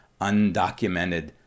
undocumented